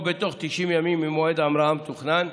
או תוך 90 ימים ממועד ההמראה המתוכנן,